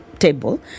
table